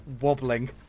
wobbling